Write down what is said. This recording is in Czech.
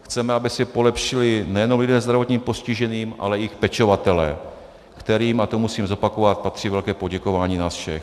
Chceme, aby si polepšili nejenom lidé se zdravotním postižením, ale i jejich pečovatelé, kterým musím zopakovat patří velké poděkování nás všech.